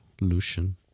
Lucian